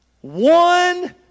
One